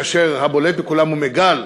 כאשר הבולט בכולם הוא מיג"ל,